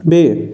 بیٚیہِ